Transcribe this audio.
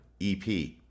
EP